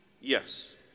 Yes